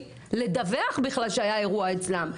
לדווח בכלל שהיה אירוע אצלם.